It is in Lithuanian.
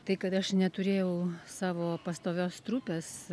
tai kad aš neturėjau savo pastovios trupės